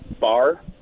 Bar